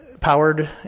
powered